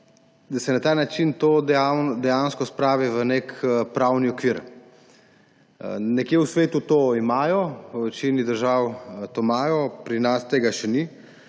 druge sklade – dejansko spravi v nek pravni okvir. Nekje v svetu to imajo, v večini držav to imajo, pri nas tega še ni.